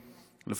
לפחות נראה לי.